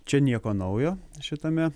čia nieko naujo šitame